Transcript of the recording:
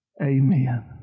Amen